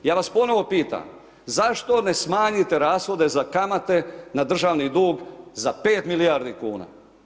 Ja vas ponovo pitam, zašto ne smanjite rashode za kamate na državni dug za 5 milijardi kuna?